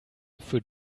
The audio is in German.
für